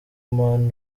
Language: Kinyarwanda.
luqman